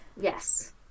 Yes